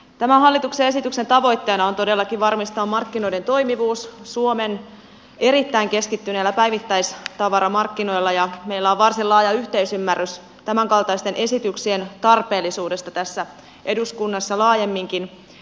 tämän hallituksen esityksen tavoitteena on todellakin varmistaa markkinoiden toimivuus suomen erittäin keskittyneillä päivittäistavaramarkkinoilla ja meillä on varsin laaja yhteisymmärrys tämänkaltaisten esityksien tarpeellisuudesta tässä eduskunnassa laajemminkin